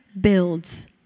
builds